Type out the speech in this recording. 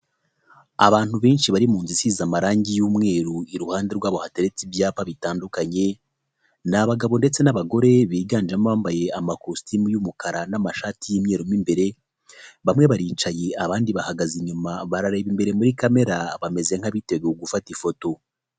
Abantu benshi bari mu nzu isize amarange y'umweru iruhande rwabo hateretse ibyapa bitandukanye, ni abagabo ndetse n'abagore biganjemo bambaye amakositimu y'umukara n'amashati y'imyeru mu imbere, bamwe baricaye abandi bahagaze inyuma barareba imbere muri kamera bameze nk'abiteguye gufata ifoto.